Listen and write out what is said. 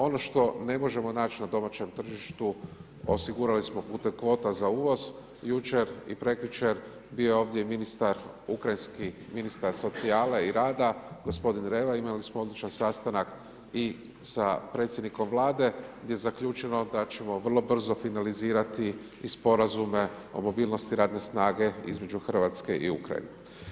Ono što ne možemo naći na domaćem tržištu osigurali smo putem kvota za uvoz jučer i prekjučer bio je ovdje ministar ukrajinski, ministar socijale i rada gospodin …/nerazumljivo/… imali smo odličan sastanak i sa predsjednikom Vlade, gdje je zaključeno da ćemo vrlo brzo finalizirati i sporazume o mobilnosti radne snage između Hrvatske i Ukrajine.